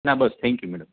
ના બસ thank you madam